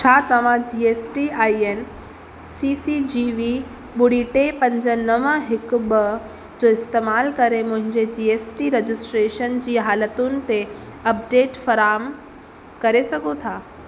छा तव्हां GST I N C C G V ॿुड़ी टे पंज नव हिकु ॿ जो इस्तेमालु करे मुहिंजे जीएसटी रजिस्ट्रेशन जी हालतुनि ते अपडेट फ़राम करे सघो था